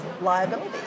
liability